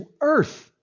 earth